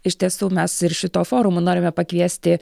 iš tiesų mes ir šito forumu norime pakviesti